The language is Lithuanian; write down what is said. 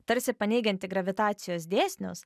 tarsi paneigianti gravitacijos dėsnius